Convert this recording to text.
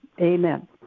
Amen